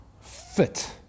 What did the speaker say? fit